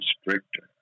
stricter